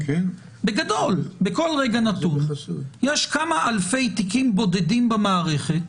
בכל רגע נתון יש כמה אלפי תיקים בודדים במערכת